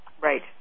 Right